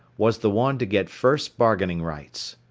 was the one to get first bargaining rights.